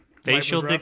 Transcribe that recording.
facial